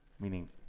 Meaning